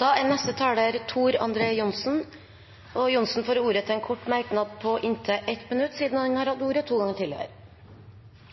Representanten Tor André Johnsen har hatt ordet to ganger tidligere og får ordet til en kort merknad, begrenset til 1 minutt.